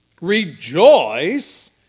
rejoice